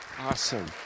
Awesome